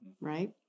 right